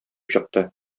чыкты